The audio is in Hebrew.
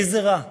איזה רע,